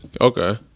okay